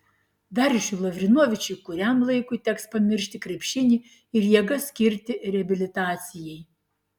darjušui lavrinovičiui kuriam laikui teks pamiršti krepšinį ir jėgas skirti reabilitacijai